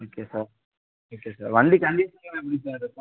okay sir okay sir வண்டி கண்டிஷனெலாம் எப்படி சார் இருக்கும்